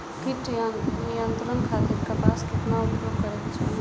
कीट नियंत्रण खातिर कपास केतना उपयोग करे के चाहीं?